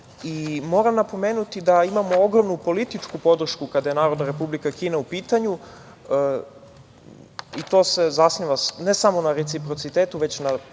napomenuti da imamo ogromnu političku podršku kada je Narodna Republika Kina u pitanju i to se zasniva ne samo na reciprocitetu, već i